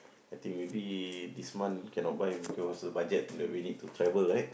I think maybe this month cannot buy because the budget and we need to travel right